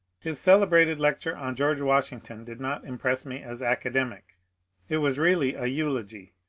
his celebrated lecture on george washington did not impress me as academic it was really a eulogy,